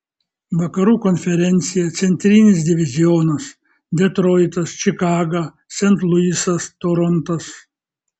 vakarų konferencija centrinis divizionas detroitas čikaga sent luisas torontas